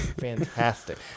Fantastic